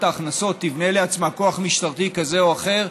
ההכנסות תבנה לעצמה כוח משטרתי כזה או אחר,